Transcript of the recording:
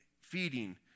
feeding